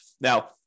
Now